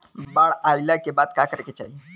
बाढ़ आइला के बाद का करे के चाही?